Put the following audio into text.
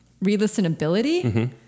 Re-listenability